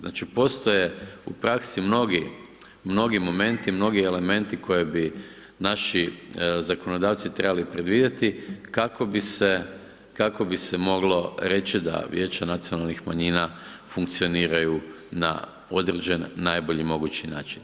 Znači postoje u praksi mnogi, mnogi momenti, mnogi elementi koje bi naši zakonodavci trebali predvidjeti kako bi se, kako bi se moglo reći da Vijeća nacionalnih manjina funkcioniraju na određen, najbolje mogući način.